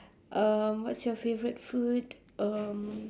um what's your favourite food um